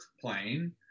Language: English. plane